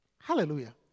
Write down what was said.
Hallelujah